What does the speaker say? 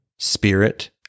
Spirit